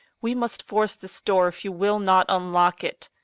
we must force this door if you will not unlock it.